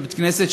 של בית-כנסת,